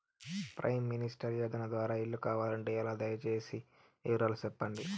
Prime minister యోజన ద్వారా ఇల్లు కావాలంటే ఎలా? దయ సేసి వివరాలు సెప్పండి?